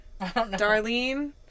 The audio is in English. Darlene